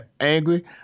angry